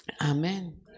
Amen